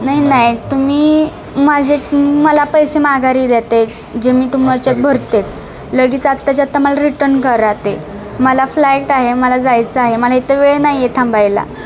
नाही नाही तुम्ही माझे मला पैसे माघारी द्या ते जे मी तुमच्यात भरते लगेच आत्ताच्या आत्ता मला रिटर्न करा ते मला फ्लाईट आहे मला जायचं आहे मला इथं वेळ नाही आहे थांबायला